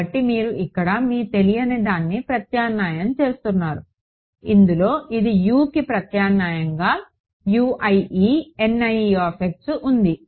కాబట్టి మీరు ఇక్కడ మీ తెలియని దాన్ని ప్రత్యామ్నాయం చేస్తున్నారు ఇందులో ఇది Uకి ప్రత్యామ్నాయంగా ఉంది